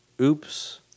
Oops